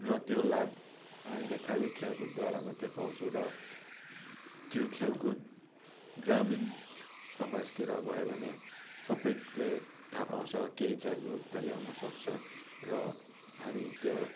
र त्यो लाभ हामीले खालि खेलकुदद्वारा मात्रै पाउँछौँ र त्यो खेलकुद ग्रामीण समाजतिर भयो भने सबैले थाहा पाउँछ केही जागरुकता ल्याउन सक्छ र हामी त्यो